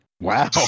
Wow